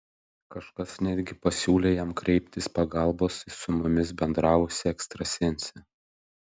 kažkas netgi pasiūlė jam kreiptis pagalbos į su mumis bendravusią ekstrasensę